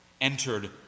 entered